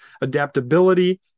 Adaptability